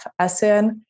ASEAN